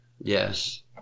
Yes